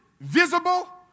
Visible